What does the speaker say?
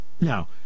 Now